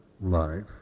life